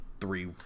three